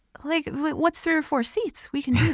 like like what's three or four seats? we can